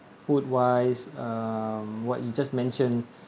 food-wise uh what you just mentioned